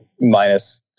minus